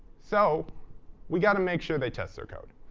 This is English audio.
so we've got to make sure they test their code.